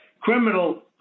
criminal